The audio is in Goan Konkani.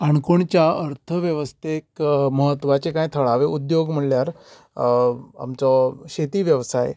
काणकोणच्या अर्थ वेवस्थेक म्हत्वाचे कांय थळावे उद्योग म्हणल्यार आमचो शेती वेवसाय